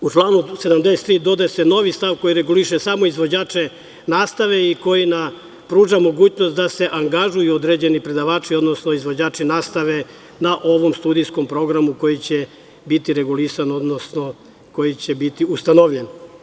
U članu 73. dodaje se novi stav koji reguliše samo izvođače nastave i koji pruža mogućnost da se angažuju određeni predavači, odnosno izvođači nastave na ovom studijskom programu, koji će biti regulisan, odnosno koji će biti ustanovljen.